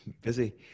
busy